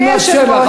אני מאפשר לך,